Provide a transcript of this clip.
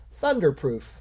thunderproof